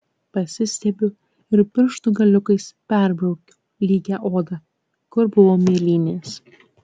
pasistiebiu ir pirštų galiukais perbraukiu lygią odą kur buvo mėlynės